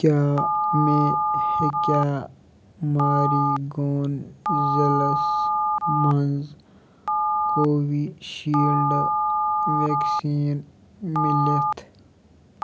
کیٛاہ مےٚ ہیٚکیا ماریٖگوں ضلعس مَنٛز کووِشیٖلڈ ویکسیٖن مِلِتھ